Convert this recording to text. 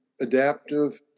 adaptive